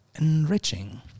enriching